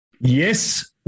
Yes